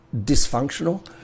dysfunctional